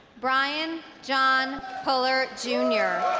brian john puller jr